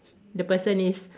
the person is